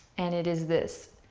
and it is this,